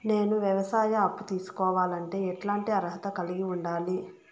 నేను వ్యవసాయ అప్పు తీసుకోవాలంటే ఎట్లాంటి అర్హత కలిగి ఉండాలి?